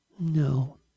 no